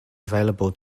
available